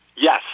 yes